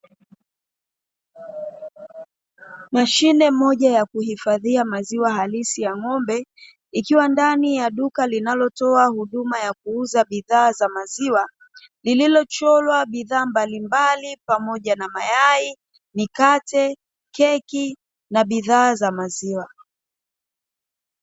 Mashine moja ya kuhifadhia maziwa harisi ya ng'ombe ikiwa ndani ya duka linalotoa huduma ya kuuza bidhaa za maziwa lililo chorwa bidhaa mbalimbali pamoja na mayai, mikate, keki na bidhaa za maziwa.